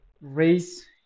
raise